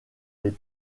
les